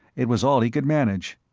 it was all he could manage.